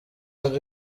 hari